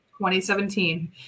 2017